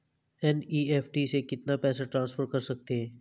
NEFT से कितना पैसा ट्रांसफर कर सकते हैं?